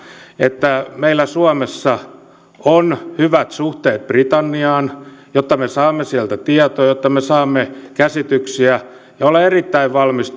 että meillä suomessa on hyvät suhteen britanniaan jotta me saamme sieltä tietoja ja jotta me saamme käsityksiä olen erittäin valmis